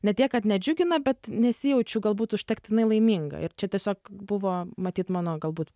ne tiek kad nedžiugina bet nesijaučiu galbūt užtektinai laiminga ir čia tiesiog buvo matyt mano galbūt